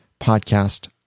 podcast